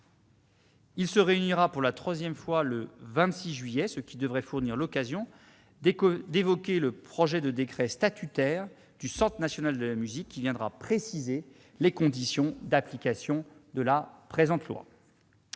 Il se réunira pour la troisième fois le 26 juillet, ce qui devrait fournir l'occasion d'évoquer le projet de décret statutaire du Centre national de la musique, qui viendra préciser les conditions d'application de la présente loi.